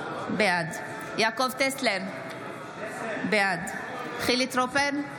בעד יעקב טסלר, בעד חילי טרופר,